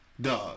Duh